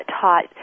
taught